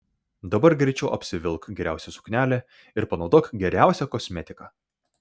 dabar greičiau apsivilk geriausią suknelę ir panaudok geriausią kosmetiką